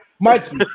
Mikey